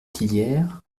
tillières